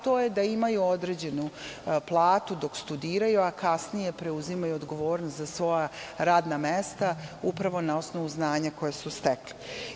To je da imaju određenu platu dok studiraju, a kasnije preuzimaju odgovornost za svoja radna mesta na osnovu znanja koja su stekli.